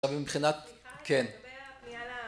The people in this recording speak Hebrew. ומבחינת... כן